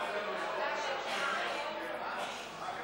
סעיף 7 בתקנון הפלסטיני קובע מועד